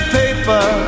paper